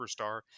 superstar